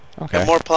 Okay